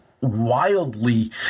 wildly